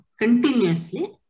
continuously